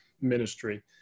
ministry